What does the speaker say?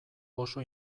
oso